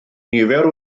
nifer